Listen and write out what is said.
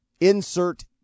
Insert